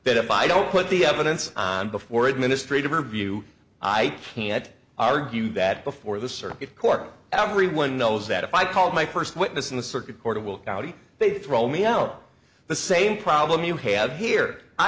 that if i don't put the evidence before administrative review i can't argue that before the circuit court everyone knows that if i called my first witness in the circuit court of will county they throw me out the same problem you have here i